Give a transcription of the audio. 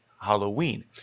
Halloween